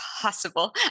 possible